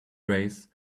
race